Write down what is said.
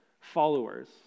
followers